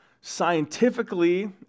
scientifically